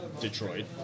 Detroit